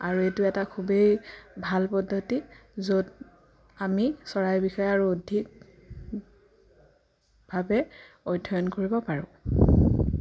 আৰু এইটো এটা খুবেই ভাল পদ্ধতি য'ত আমি চৰাইৰ বিষয়ে আৰু অধিকভাৱে অধ্যয়ন কৰিব পাৰোঁ